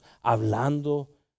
hablando